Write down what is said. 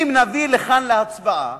אם נביא לכאן להצבעה